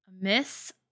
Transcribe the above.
miss